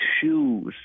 shoes